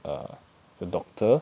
err a doctor